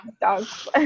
dogs